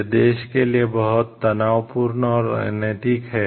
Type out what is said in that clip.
यह देश के लिए बहुत तनावपूर्ण और अनैतिक है